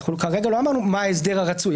אנחנו כרגע לא אמרנו מה ההסדר הרצוי.